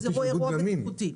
זה אירוע בטיחותי.